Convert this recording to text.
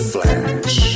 Flash